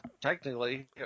technically